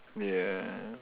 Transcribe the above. ya